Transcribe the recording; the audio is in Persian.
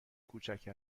کوچک